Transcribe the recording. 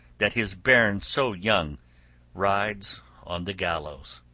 that his bairn so young rides on the gallows.